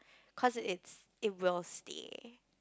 cause it's it will stay